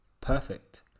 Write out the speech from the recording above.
perfect